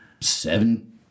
seven